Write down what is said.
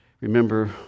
remember